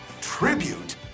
tribute